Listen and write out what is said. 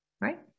right